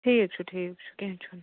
ٹھیٖک چھُ ٹھیٖک چھُ کیٚنٛہہ چھُنہٕ